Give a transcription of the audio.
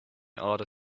order